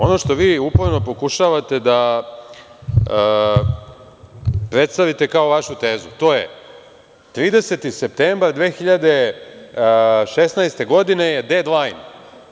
Ono što vi uporno pokušavate da predstavite kao vašu tezu, to je – 30. septembar 2016. godine je „ded lajn“